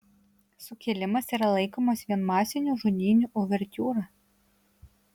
sukilimas yra laikomas vien masinių žudynių uvertiūra